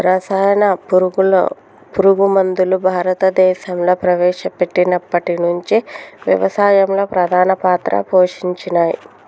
రసాయన పురుగు మందులు భారతదేశంలా ప్రవేశపెట్టినప్పటి నుంచి వ్యవసాయంలో ప్రధాన పాత్ర పోషించినయ్